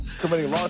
committing